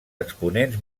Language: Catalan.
exponents